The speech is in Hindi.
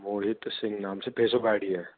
मोहित सिंह नाम से फेसबुक पर आईडी है